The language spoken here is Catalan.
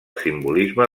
simbolisme